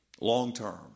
Long-term